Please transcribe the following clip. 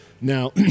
Now